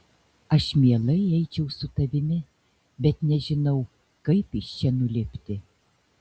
aš mielai eičiau su tavimi bet nežinau kaip iš čia nulipti